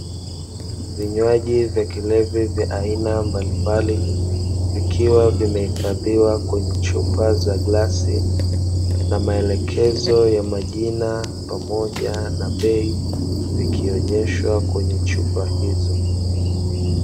Vinywaji vya kilevi vya aina mbalimbali, vikiwa vimehifadhiwa kwenye chupa za glasi, na maelekezo ya majina pamoja na bei, cikionyeshwa kwenye chupa hizo.